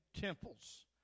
temples